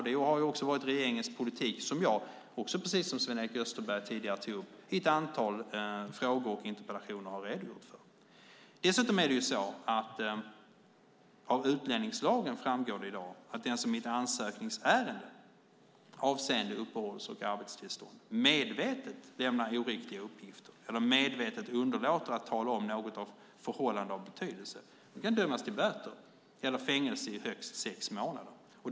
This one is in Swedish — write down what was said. Det har också varit regeringens politik, som jag - precis som Sven-Erik Österberg tog upp - har redogjort för i ett antal frågor och interpellationer. Av utlänningslagen framgår i dag att den som i ett ansökningsärende avseende uppehålls och arbetstillstånd medvetet lämnar oriktiga uppgifter eller medvetet underlåter att tala om något förhållande av betydelse kan dömas till böter eller fängelse i högst sex månader.